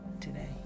today